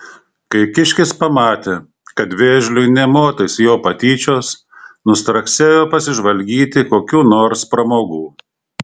kai kiškis pamatė kad vėžliui nė motais jo patyčios nustraksėjo pasižvalgyti kokių nors pramogų